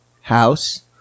House